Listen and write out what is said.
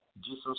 Jesus